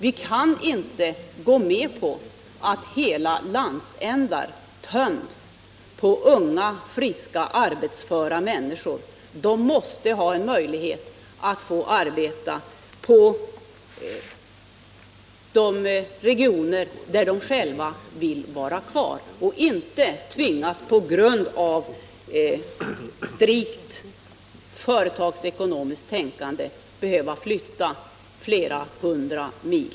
Vi kan inte gå med på att hela landsändar töms på unga, friska och arbetsföra människor, utan de måste ha möjlighet att få arbete i de regioner där de själva vill vara kvar och inte, på grund av något strikt företagsekonomiskt tänkande, tvingas att flytta flera hundra mil.